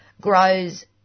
grows